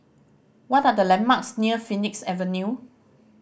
what are the landmarks near Phoenix Avenue